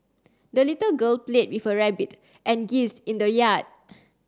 the little girl played with her rabbit and geese in the yard